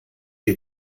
dir